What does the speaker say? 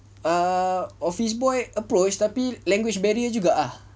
ah office boy approach tapi language barrier juga ah